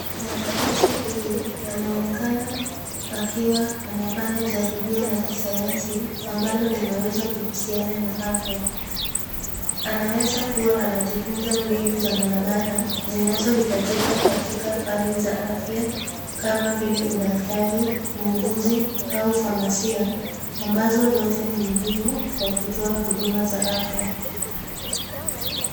Mwanafunzi huyu anaonekana akiwa anafanya jaribio la kisayansi ambalo inaweza kuhusiana na afya anaweza kuwa anajifunza mbinu za maabara zinazohitajika katika fani za afya kama vile udaktari, uuguzi au famasia ambazo zote ni muhimu kwa kutoa huduma za afya.